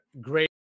great